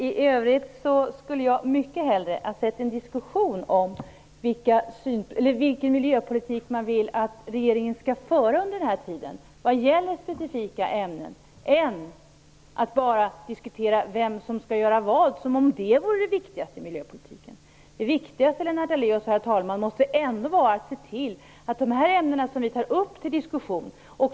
I övrigt skulle jag mycket hellre ha sett en diskussion om vilken miljöpolitik man vill att regeringen skall föra under den här tiden vad gäller specifika ämnen, än att bara diskutera vem som skall göra vad, som om det vore det viktigaste i miljöpolitiken. Det viktigaste, Lennart Daléus, måste ändå vara att se till att de här kemiska ämnena tas upp till diskussion.